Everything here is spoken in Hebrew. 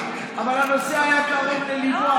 אבל הנושא היה קרוב לליבו,